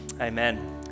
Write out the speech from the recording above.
amen